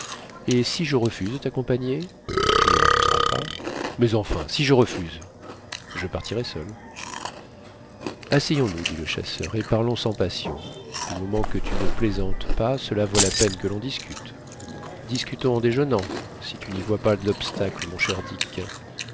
et si je refuse de taccompagner tu ne refuseras pas mais enfin si je refuse je partirai seul asseyons-nous dit le chasseur et parlons sans passion du moment que tu ne plaisantes pas cela vaut la peine que l'on discute discutons en déjeunant si tu n'y vois pas d'obstacle mon cher dick